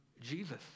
Jesus